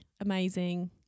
amazing